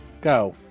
Go